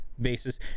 basis